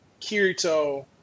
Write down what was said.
Kirito